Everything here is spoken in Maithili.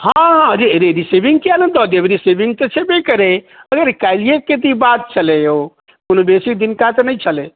हँ हँ रिसिविंग किएक ने दऽ देब रिसिविंग तऽ छेबे करय अरे काल्हियेके तऽ ई बात छलै यौ कोनो बेसी दिनका तऽ नहि छलै